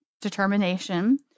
determination